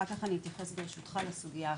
אחר כך אני אתייחס ברשותך לסוגיה האחרת.